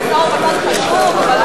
במשא-ומתן חשוב.